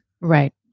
right